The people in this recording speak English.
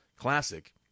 classic